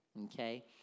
Okay